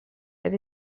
that